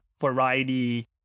variety